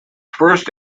first